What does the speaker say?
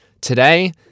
Today